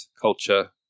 culture